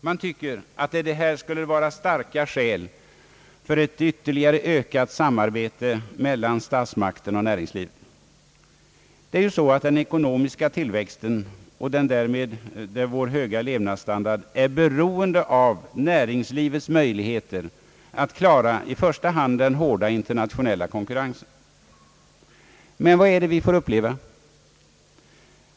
Man tycker att detta skulle vara starka skäl för ett ytterligare ökat samarbete mellan statsmakterna och näringslivet. Den ekonomiska tillväxten och därmed vår höga levnadsstandard är ju beroende av näringslivets möjligheter att klara i första hand den hårda internationella konkurrensen. Men vad är det vi får uppleva?